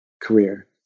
career